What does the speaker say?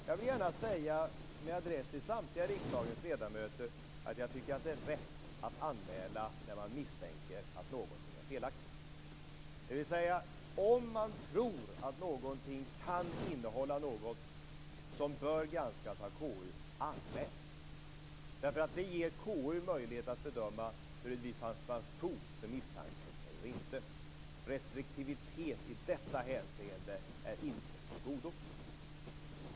Jag vill gärna säga, med adress till samtliga riksdagens ledamöter, att jag tycker att det är rätt att anmäla när man misstänker att någonting är felaktigt, dvs. om man tror att någonting kan innehålla något som bör granskas av KU, anmäl det! Det ger nämligen KU möjligheter att bedöma huruvida det funnits fog för misstanken eller inte. Restriktivitet i detta hänseende är inte av godo.